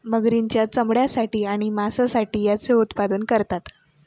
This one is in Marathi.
मगरींच्या चामड्यासाठी आणि मांसासाठी याचे उत्पादन करतात